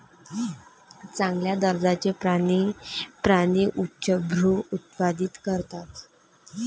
चांगल्या दर्जाचे प्राणी प्राणी उच्चभ्रू उत्पादित करतात